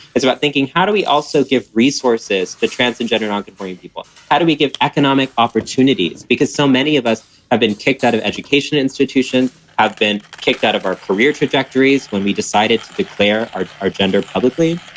it's about thinking how do we also give resources to trans and gender nonconforming people? how do we give economic opportunities? because so many of us have been kicked out of education institutions, have been kicked out of our career trajectories when we decided to declare our our gender publicly,